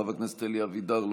חבר הכנסת אלי אבידר,